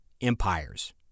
empires